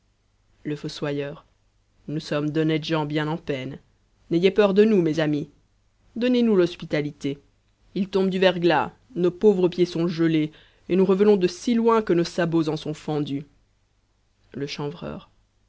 le fossoyeur nous sommes d'honnêtes gens bien en peine n'ayez peur de nous mes amis donnez-nous l'hospitalité il tombe du verglas nos pauvres pieds sont gelés et nous revenons de si loin que nos sabots en sont fendus le chanvreur